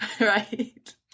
Right